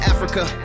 Africa